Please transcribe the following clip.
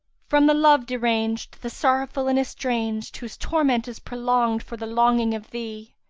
from the love deranged the sorrowful and estranged whose torment is prolonged for the longing of thee!